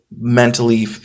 mentally